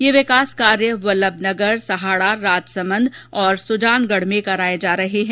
ये विकास कार्य वल्लभनगर सहाड़ा राजसमंद और सुजानगढ़ में कराये जा रहे है